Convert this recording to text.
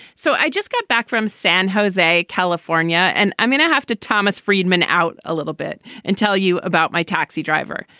so i just got back from san jose california and i'm going to have to thomas friedman out a little bit and tell you about my taxi driver.